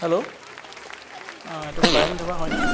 hello এইটো কাৰেং ধাবা হয়নে